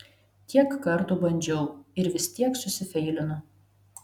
tiek kartų bandžiau ir vis tiek susifeilinu